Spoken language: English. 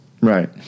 Right